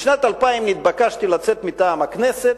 בשנת 2000 נתבקשתי לצאת מטעם הכנסת